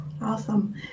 Awesome